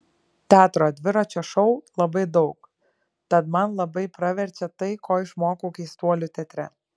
teatro dviračio šou labai daug tad man labai praverčia tai ko išmokau keistuolių teatre